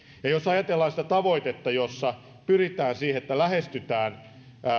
jos ajatellaan sitä tavoitetta jossa pyritään siihen että lähestytään